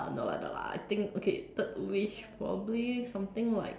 no lah no lah I think okay third wish probably something like